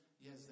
Yes